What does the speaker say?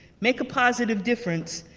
make a positive difference,